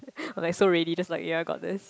I'm like so ready just like ya I got this